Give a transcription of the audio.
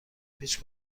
پیچ